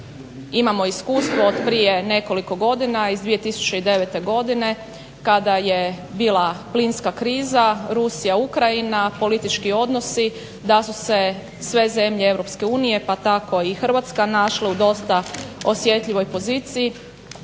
imamo iskustvo od prije nekoliko godina iz 2009. godine kada je bila plinska kriza Rusija – Ukrajina, politički odnosi, da su se sve zemlje EU pa tako i Hrvatska našle u dosta osjetljivoj poziciji,